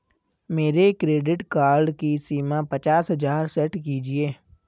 मेरे credit card की सीमा पचास हजार सेट कीजिए